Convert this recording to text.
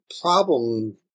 problem